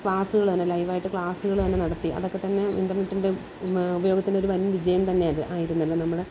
ക്ലാസ്സ്കൾ തന്നെ ലൈവായിട്ട് ക്ലാസുകൾ തന്നെ നടത്തി അതൊക്കെ തന്നെ ഇൻറ്റർനെറ്റിൻ്റെ ഉപയോഗത്തിൻ്റെ ഒരു വൻ വിജയം തന്നെയാണ് അത് ആയിരുന്നു നമ്മുടെ